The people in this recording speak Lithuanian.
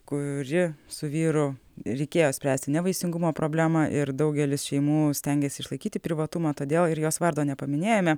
kuri su vyru reikėjo spręsti nevaisingumo problemą ir daugelis šeimų stengėsi išlaikyti privatumą todėl ir jos vardo nepaminėjome